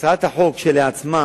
הצעת החוק כשלעצמה